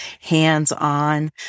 hands-on